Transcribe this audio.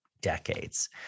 decades